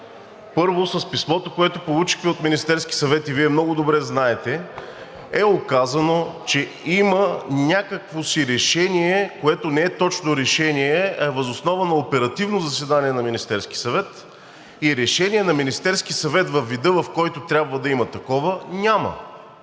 Първо, с писмото, което получихме от Министерския съвет, и Вие много добре знаете, е указано, че има някакво си решение, което не е точно решение, а е въз основа на оперативно заседание на Министерския съвет и решение на Министерския съвет във вида, който трябва да има такова, няма.